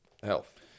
health